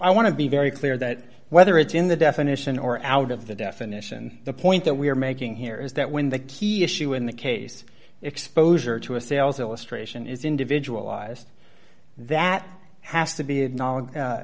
i want to be very clear that whether it's in the definition or out of the definition the point that we are making here is that when the key issue in the case exposure to a sales illustration is individualized that has to be a